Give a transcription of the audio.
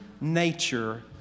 nature